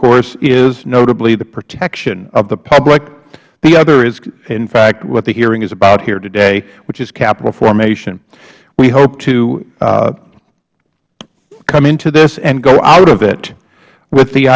course is notably the protection of the public the other is in fact what is hearing is about here today which is capital formation we hope to come into this and go out of it with the